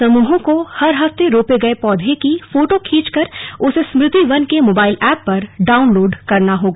समूहों को हर हफ्ते रोपे गए पौधे की फोटो खींचकर उसे स्मृति वन के मोबाइल एप पर डाउनलोड करना होगा